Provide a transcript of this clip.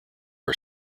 are